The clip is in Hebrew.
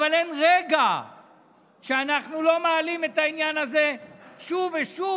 אבל אין רגע שאנחנו לא מעלים את העניין הזה שוב ושוב,